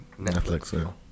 Netflix